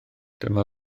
dyma